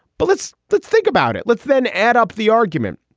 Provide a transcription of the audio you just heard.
but let's let's think about it. let's then add up the argument.